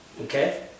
Okay